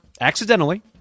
accidentally